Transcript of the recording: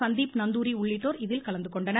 சந்தீப் நந்தூரி உள்ளிட்டோர் இதில் கலந்து கொண்டனர்